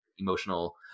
Emotional